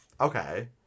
Okay